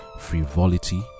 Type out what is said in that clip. frivolity